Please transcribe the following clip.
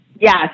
Yes